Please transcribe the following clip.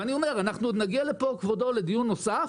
ואנחנו עוד נגיע לפה, כבודו, לדיון נוסף